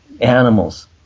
animals